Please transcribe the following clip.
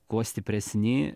kuo stipresni